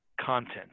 content